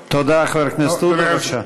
תודה, חבר הכנסת עודה.